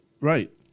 Right